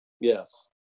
Yes